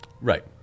right